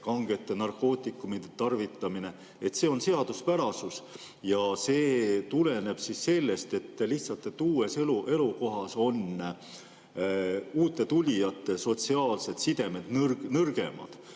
kangete narkootikumide tarvitamine –, on seaduspärasus. See tuleneb sellest, et lihtsalt uues elukohas on uute tulijate sotsiaalsed sidemed nõrgemad,